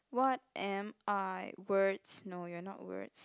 what am I words no you're not words